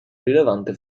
rilevante